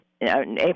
April